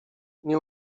nie